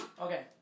Okay